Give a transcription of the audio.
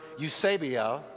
eusebia